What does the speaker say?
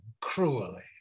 cruelly